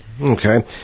Okay